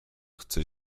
chce